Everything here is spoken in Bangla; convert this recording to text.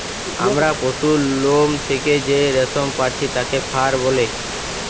আমরা পশুর লোম থেকে যেই রেশম পাচ্ছি তাকে ফার বলে